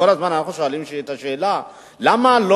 כל הזמן אנחנו שואלים את השאלה: למה לא